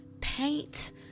paint